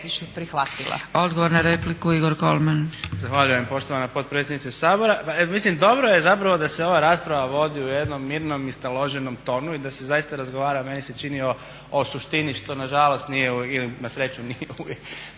Odgovor na repliku, Igor Kolman.